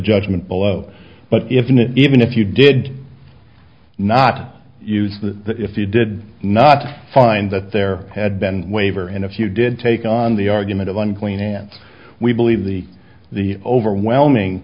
judgment below but if even if you did not use the if you did not find that there had been waiver and if you did take on the argument of unclean and we believe the the overwhelming